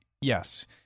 yes